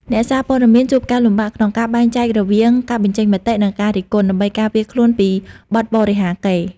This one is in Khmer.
អ្នកសារព័ត៌មានជួបការលំបាកក្នុងការបែងចែករវាង "ការបញ្ចេញមតិ" និង "ការរិះគន់" ដើម្បីការពារខ្លួនពីបទបរិហាកេរ្តិ៍។